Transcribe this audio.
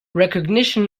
recognition